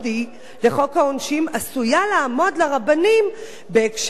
עשויה לעמוד לרבנים בהקשר פרסום פסק ההלכה.